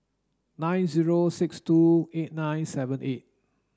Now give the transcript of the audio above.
nine zero six two eight nine seven eight